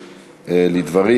לדבר.